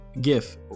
gif